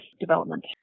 development